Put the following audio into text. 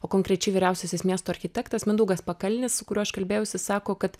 o konkrečiai vyriausiasis miesto architektas mindaugas pakalnis su kuriuo aš kalbėjausi sako kad